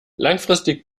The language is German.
langfristig